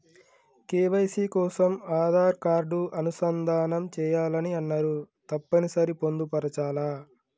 KYC కోసం Aadhaar card అనుసంధానం చేయాలని అన్నరు తప్పని సరి పొందుపరచాలా?